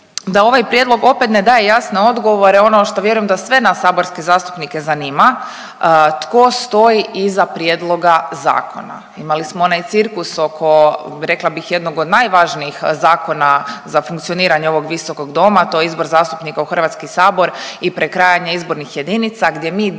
da ovaj prijedlog opet ne daje jasne odgovore, ono što, vjerujem da sve nas saborske zastupnike zanima, tko stoji iza prijedloga zakona. Imali smo onaj cirkus oko, rekla bih, jednog od najvažnijih zakona za funkcioniranja ovog visokog doma, a to je izbor zastupnika u HS i prekrajanje izbornih jedinica gdje mi